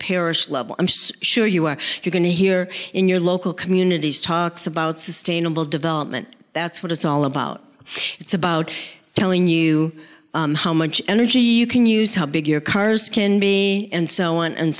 parish level i'm so sure you are you're going to hear in your local communities talks about sustainable development that's what it's all about it's about telling you how much energy you can use how big your cars can be and so on and